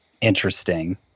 interesting